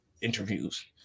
interviews